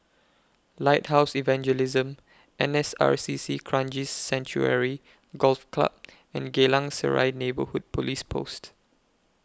Lighthouse Evangelism N S R C C Kranji Sanctuary Golf Club and Geylang Serai Neighbourhood Police Post